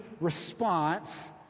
response